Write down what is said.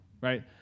Right